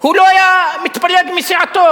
הוא לא היה מתפלג מסיעתו.